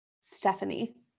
Stephanie